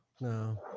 no